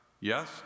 Yes